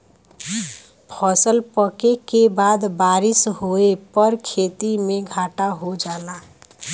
फसल पके के बाद बारिस होए पर खेती में घाटा हो जाला